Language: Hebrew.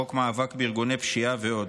חוק מאבק בארגוני פשיעה ועוד.